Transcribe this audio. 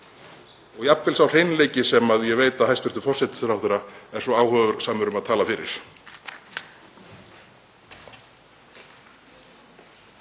og jafnvel sá hreinleiki sem ég veit að hæstv. forsætisráðherra er svo áhugasamur um að tala fyrir?